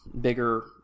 bigger